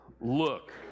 look